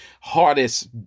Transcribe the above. hardest